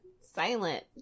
Silent